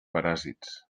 paràsits